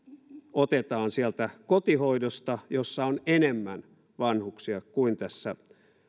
otetaan sieltä kotihoidosta jossa on enemmän vanhuksia kuin tässä